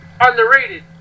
underrated